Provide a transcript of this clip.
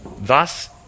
thus